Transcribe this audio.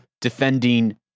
defending